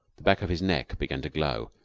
the back of his neck began to glow.